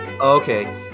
Okay